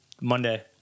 Monday